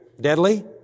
deadly